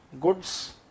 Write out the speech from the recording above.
goods